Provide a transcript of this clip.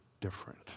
different